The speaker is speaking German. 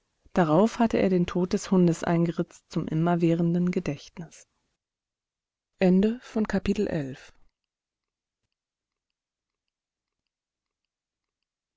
darauf hatte er den tod des hundes eingeritzt zum immerwährenden gedächtnis